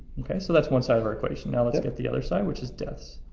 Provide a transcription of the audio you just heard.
okay, so that's one side of our equation. now let's get the other side, which is deaths.